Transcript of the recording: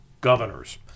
governors